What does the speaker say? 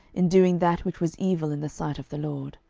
in doing that which was evil in the sight of the lord